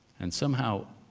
and somehow,